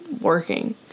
working